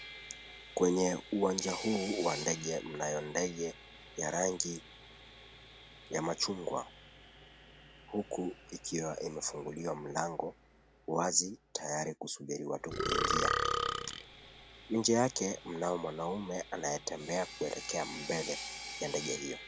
Kwenye uwanja huu wa ndege, mnayo ndege ya rangi ya machungwa huku ikiwa imefunguliwa mlango wazi tayari kusubiri watu kuingia. Nje yake mnao mwanaume anayetembea kuelekea mbele ya ndege hiyo.